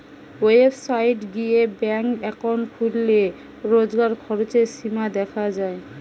website গিয়ে bank account খুললে রোজকার খরচের সীমা দেখা যায়